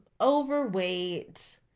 overweight